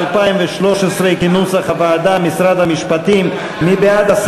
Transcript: משרד המשפטים (בתי-הדין הרבניים,